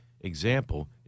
example